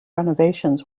renovations